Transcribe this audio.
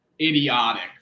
idiotic